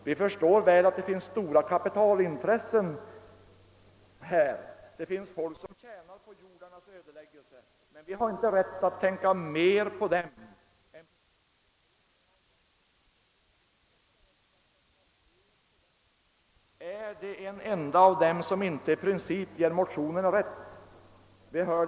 Vi förstår mycket väl att det finns stora kapitalintressen här, att det finns folk som tjänar på jordarnas ödeläggelse, men vi har inte rätt att tänka mer på dem än på dem som behöver äta. Remissinstansernas avstyrkanden är underliga. Finns det någon enda av dem som inte i princip ger motionerna rätt?